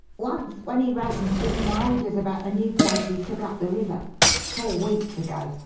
once when he wrote and gimme my orders about the new place he's took up the river four weeks ago.